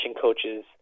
coaches